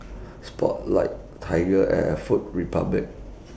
Spotlight TigerAir Food Republic